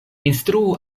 instruu